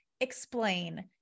explain